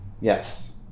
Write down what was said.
Yes